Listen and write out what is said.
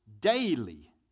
daily